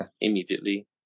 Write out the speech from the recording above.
immediately